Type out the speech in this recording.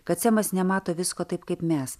kad semas nemato visko taip kaip mes